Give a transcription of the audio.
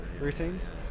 routines